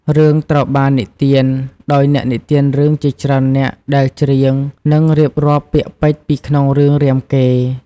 រឿងត្រូវបាននិទាន ដោយអ្នកនិទានរឿងជាច្រើននាក់ដែលច្រៀង និងរៀបរាប់ពាក្យពេចន៍ពីក្នុងរឿងរាមកេរ្តិ៍។